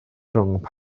rhwng